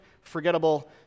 Forgettable